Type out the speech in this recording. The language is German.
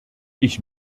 ich